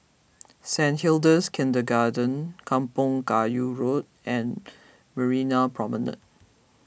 Saint Hilda's Kindergarten Kampong Kayu Road and Marina Promenade